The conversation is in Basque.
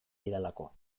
didalako